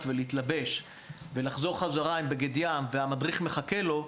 ולהתלבש ולחזור חזרה עם בגד ים והמדריך מחכה לו,